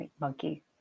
monkey